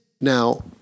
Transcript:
now